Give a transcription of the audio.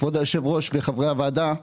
כבוד היושב-ראש וחברי הוועדה.